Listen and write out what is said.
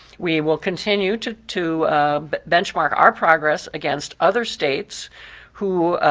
we will continue to to but benchmark our progress against other states' who,